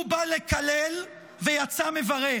אדוני ראש הממשלה: הוא בא לקלל, ויצא מברך,